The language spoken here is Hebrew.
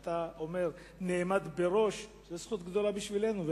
אתה אומר "נעמד בראש" זו זכות גדולה בשבילנו,